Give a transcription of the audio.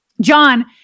John